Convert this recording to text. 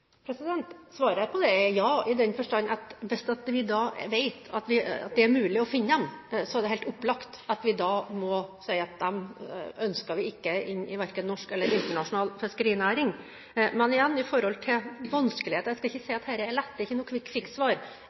på det er: Ja, i den forstand at hvis vi vet at det er mulig å finne dem, er det helt opplagt at vi må si at vi ikke ønsker dem inn i verken norsk eller internasjonal fiskerinæring. Men igjen, med tanke på vanskeligheter: Jeg skal ikke si at dette er lett, det er ikke noe